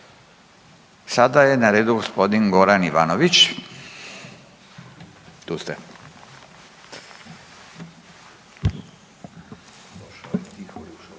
Sada je na redu g. Goran Ivanović, tu ste.